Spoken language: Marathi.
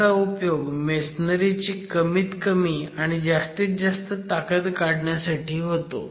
ह्याचा उपयोग मेसनरी ची कमीत कमी आणि जास्तीत जास्त ताकद शोधण्यासाठी होतो